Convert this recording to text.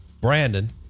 Brandon